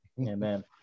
Amen